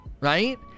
right